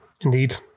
Indeed